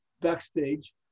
backstage